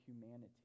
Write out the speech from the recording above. humanity